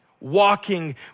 walking